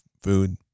food